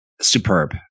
superb